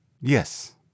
Yes